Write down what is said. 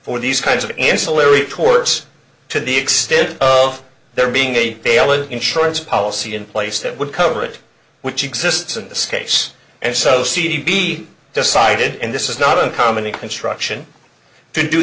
for these kinds of ancillary torts to the extent of there being a male an insurance policy in place that would cover it which exists in this case and so see be decided and this is not uncommon in construction to do